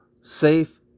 safe